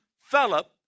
Philip